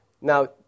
Now